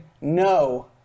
no